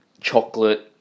chocolate